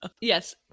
Yes